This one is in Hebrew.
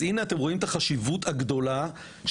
אז הנה אתם רואים את החשיבות הגדולה של